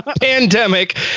pandemic